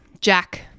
jack